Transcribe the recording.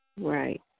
Right